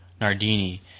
Nardini